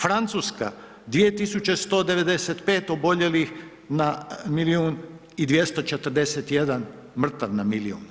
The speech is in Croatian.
Francuska 2195 oboljelih na milijun i 241 mrtav na milijun.